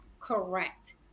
correct